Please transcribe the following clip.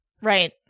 right